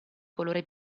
colore